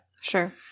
Sure